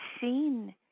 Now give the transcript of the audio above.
seen